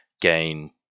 gain